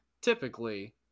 typically